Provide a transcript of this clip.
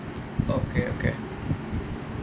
okay okay